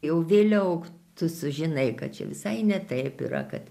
jau vėliau tu sužinai kad čia visai ne taip yra kad